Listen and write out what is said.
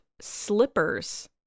slippers